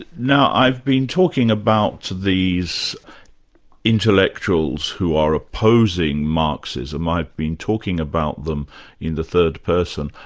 now i've been talking about these intellectuals who are opposing marxism. i've been talking about them in the third person.